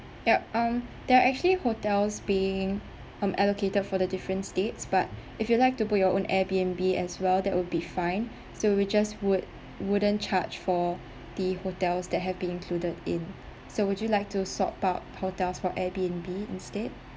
yup um there are actually hotels being um allocated for the different states but if you'd like to book your own Airbnb as well that would be fine so we just would wouldn't charge for the hotels that have been included in so would you like to sort out hotels from Airbnb instead